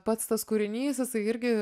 pats tas kūrinys jisai irgi